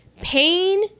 pain